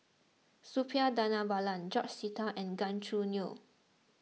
Suppiah Dhanabalan George Sita and Gan Choo Neo